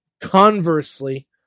conversely